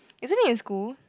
isn't it in school